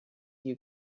you